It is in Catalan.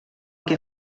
que